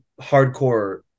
hardcore